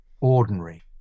ordinary